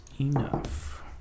enough